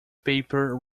paper